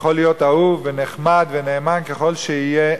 יכול להיות אהוב ונחמד ונאמן ככל שיהיה,